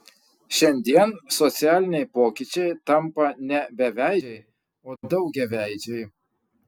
šiandien socialiniai pokyčiai tampa ne beveidžiai o daugiaveidžiai